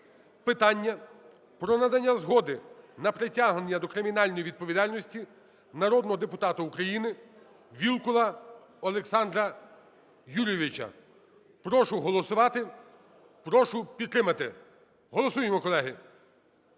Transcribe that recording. питання про надання згоди на притягнення до кримінальної відповідальності народного депутата України Вілкула Олександра Юрійовича. Прошу проголосувати. Прошу підтримати. Голосуємо, колеги.